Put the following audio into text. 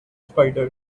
spider